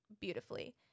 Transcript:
beautifully